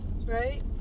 right